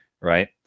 Right